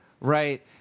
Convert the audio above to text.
right